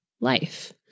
life